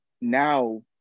now